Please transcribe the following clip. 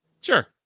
Sure